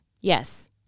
Yes